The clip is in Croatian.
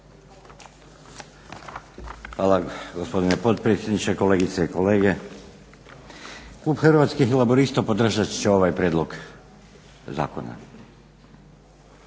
Hvala gospodine potpredsjedniče. Kolegice i kolege. Klub Hrvatskih laburista podržat će ovaj prijedlog zakona. Ovih